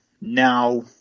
now